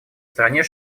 стране